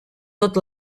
tot